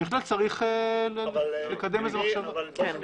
בהחלט צריך לקדם מחשבה בעניין הזה.